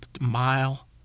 mile